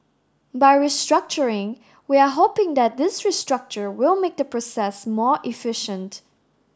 by restructuring we are hoping that this restructure will make the process more efficient